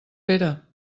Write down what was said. pere